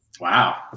Wow